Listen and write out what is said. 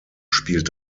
spielt